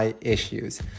issues